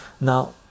now